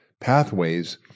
pathways